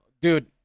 dude